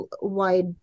wide